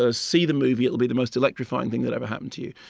ah see the movie. it'll be the most electrifying thing that ever happened to you.